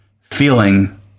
feeling